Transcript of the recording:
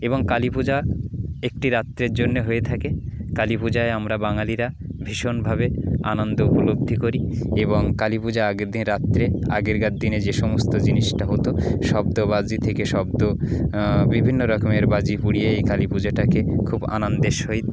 এবং কালী পূজা একটি রাত্রের জন্য হয়ে থাকে কালী পূজায় আমরা বাঙালিরা ভীষণভাবে আনন্দ উপলব্ধি করি এবং কালী পূজা আগের দিন রাত্রে আগেরকার দিনে যে সমস্ত জিনিসটা হতো শব্দ বাজি থেকে শব্দ বিভিন্ন রকমের বাজি পুড়িয়ে এই কালী পূজাটাকে খুব আনন্দের সহিত